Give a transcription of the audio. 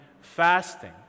fasting